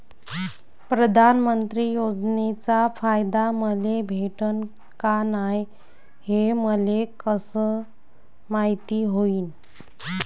प्रधानमंत्री योजनेचा फायदा मले भेटनं का नाय, हे मले कस मायती होईन?